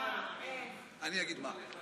אני אגיד מה.